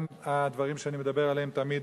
גם הדברים שאני מדבר עליהם תמיד,